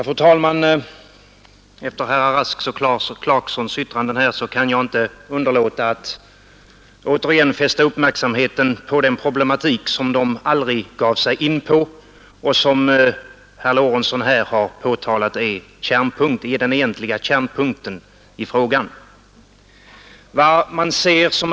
Fru talman! Efter herrar Rasks och Clarksons yttranden här kan jag inte underlåta att återigen fästa uppmärksamheten på den problematik som de aldrig gav sig in på och som är den egentliga kärnpunkten i frågan, såsom herr Lorentzon här har påpekat.